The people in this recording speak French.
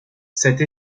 cette